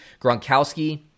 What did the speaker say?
Gronkowski